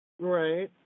Right